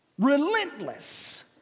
relentless